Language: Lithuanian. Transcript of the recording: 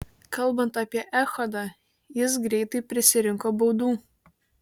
kalbant apie echodą jis greitai prisirinko baudų